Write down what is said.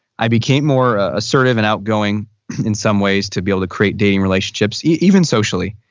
i became more ah assertive and outgoing in some ways to be able to create dating relationships, even socially.